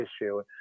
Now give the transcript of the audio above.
issue